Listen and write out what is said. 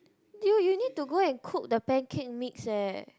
dude you need to go and cook the pancake mix eh